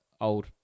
old